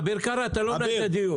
אביר קארה, אתה לא מנהל את הדיון.